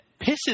pisses